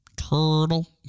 Turtle